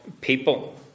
people